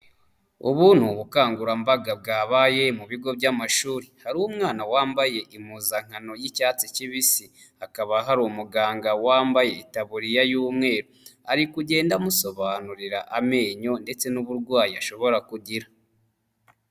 Ubu ni ubukangurambaga bwabaye mu bigo by'amashuri hari umwana wambaye impuzankano y'icyatsi kibisi hakaba hari umuganga wambaye itaburiya y'umweru ari kugenda amusobanurira amenyo ndetse n'uburwayi ashobora kugira.